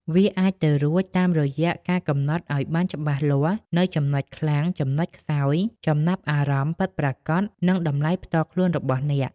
វាអាចទៅរួចតាមរយៈការកំណត់ឱ្យបានច្បាស់លាស់នូវចំណុចខ្លាំង ចំណុចខ្សោយ ចំណាប់អារម្មណ៍ ពិតប្រាកដ និងតម្លៃផ្ទាល់ខ្លួនរបស់អ្នក។